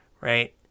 Right